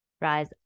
Rise